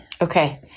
Okay